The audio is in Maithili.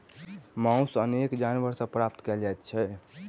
मौस अनेको जानवर सॅ प्राप्त करल जाइत छै